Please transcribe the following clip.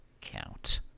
count